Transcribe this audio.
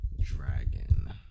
Dragon